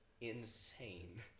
insane